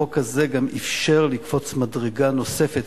החוק הזה אפשר לקפוץ מדרגה נוספת,